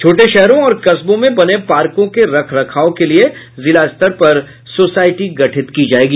छोटे शहरों और कस्बों में बने पार्कों के रख रखाव के लिये जिला स्तर पर सोसायटी गठित की जायेगी